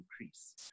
increase